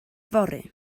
yfory